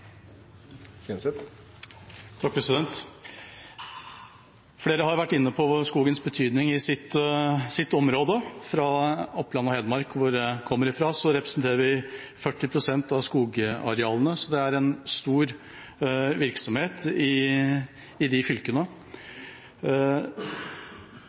Flere har vært inne på skogens betydning i deres område. Vi fra Hedmark og Oppland – hvor jeg kommer fra – representerer 40 pst. av skogarealene, så det er en stor virksomhet i de fylkene. Den viktigste innsatsen for skognæringen er at vi bygger mer i